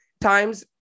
times